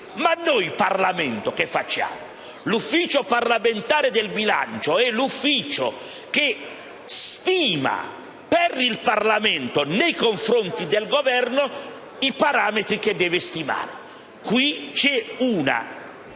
Ma noi in Parlamento che facciamo? L'Ufficio parlamentare di bilancio è l'Ufficio che stima per il Parlamento, nei confronti del Governo, i parametri che deve stimare. Qui c'è una